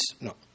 No